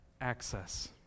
access